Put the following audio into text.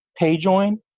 PayJoin